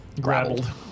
Grappled